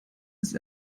ist